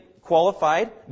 qualified